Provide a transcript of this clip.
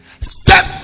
step